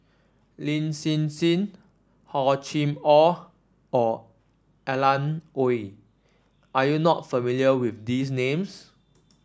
Lin Hsin Hsin Hor Chim Or Or Alan Oei are you not familiar with these names